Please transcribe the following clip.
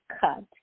cut